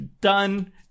Done